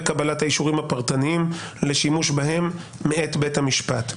קבלת האישורים הפרטניים לשימוש בהם מאת בית המשפט.